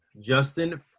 Justin